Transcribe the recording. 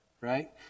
right